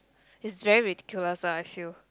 is very ridiculous ah I feel